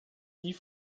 die